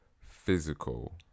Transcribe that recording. physical